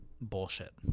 bullshit